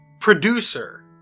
producer